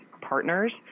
partners